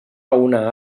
una